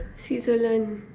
Switzerland